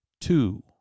two